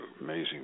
amazing